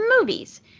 movies